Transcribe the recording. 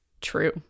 True